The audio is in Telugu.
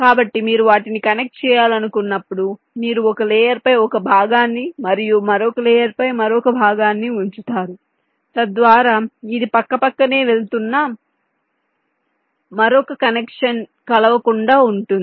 కాబట్టి మీరు వాటిని కనెక్ట్ చేయాలనుకున్నప్పుడు మీరు ఒక లేయర్ పై ఒక భాగాన్ని మరియు మరొక లేయర్ పై మరొక భాగాన్ని ఉంచుతారు తద్వారా ఇది పక్కపక్కనే వెళుతున్న మరొక కనెక్షన్ కలవకుండా ఉంటుంది